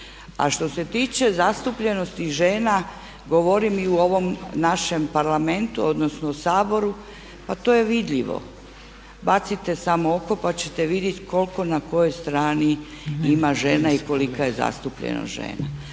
A što se tiče o zastupljenosti žena govorim i u ovom našem parlamentu, odnosno Saboru, pa to je vidljivo, bacite samo oko pa ćete vidjeti koliko na kojoj strani ima žena i kolika je zastupljenost žena.